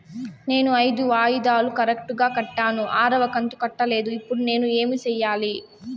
నేను ఐదు వాయిదాలు కరెక్టు గా కట్టాను, ఆరవ కంతు కట్టలేదు, ఇప్పుడు నేను ఏమి సెయ్యాలి?